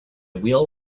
wheel